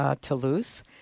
Toulouse